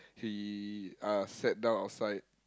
he uh sat down outside